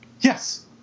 Yes